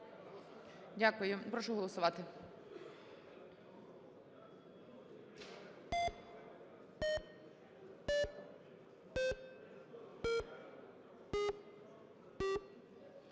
Дякую. Прошу голосувати.